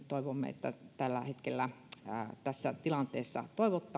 toivomme että nollaviitekorolla tällä hetkellä tässä tilanteessa